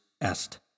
est